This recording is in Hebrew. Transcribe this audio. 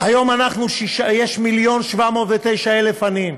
היום יש 1.709 מיליון עניים,